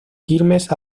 quilmes